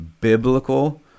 biblical